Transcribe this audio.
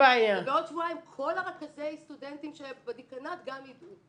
ובעוד שבועיים כל רכזי הסטודנטים בדיקנט גם ידעו.